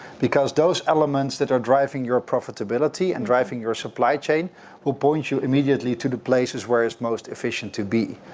because those elements that are driving your profitability and driving your supply chain will point you immediately to the places where it's most efficient to be.